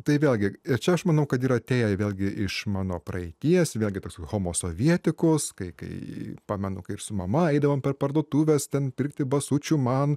tai vėlgi čia aš manau kad yra atėję vėlgi iš mano praeities vėlgi tas homo sovietikus kai kai pamenu kaip su mama eidavome per parduotuves ten pirkti basučių man